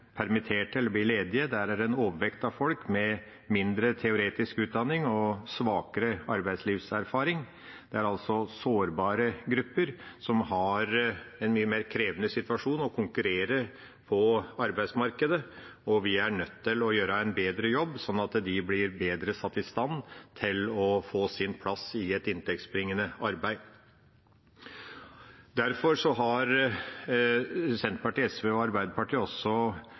en overvekt av folk med mindre teoretisk utdanning og svakere arbeidslivserfaring. Det er altså sårbare grupper som har en mye mer krevende situasjon med å konkurrere på arbeidsmarkedet, og vi er nødt til å gjøre en bedre jobb, sånn at de blir bedre satt i stand til å få sin plass i et inntektsbringende arbeid. Derfor har Senterpartiet, SV og Arbeiderpartiet også